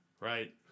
Right